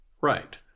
right